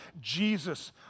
Jesus